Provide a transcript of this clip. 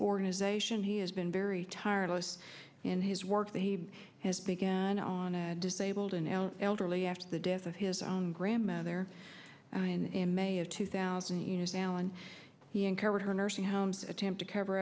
organization he has been very tired most and his work that he has began on a disabled and elderly after the death of his own grandmother in may of two thousand and alan he uncovered her nursing homes attempt to cover